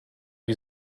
you